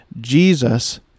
Jesus